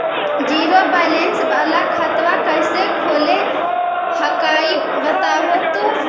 Zero balance वाला खतवा कैसे खुलो हकाई बताहो तो?